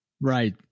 Right